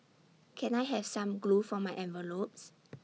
can I have some glue for my envelopes